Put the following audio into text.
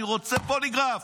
אני רוצה פוליגרף.